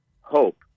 hope